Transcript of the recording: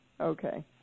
Okay